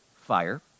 fire